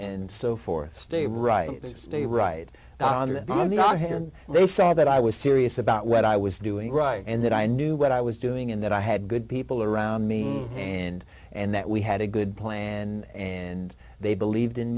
and so forth stay right there stay right on the other hand they saw that i was serious about what i was doing right and that i knew what i was doing and that i had good people around me and and that we had a good plan and and they believed in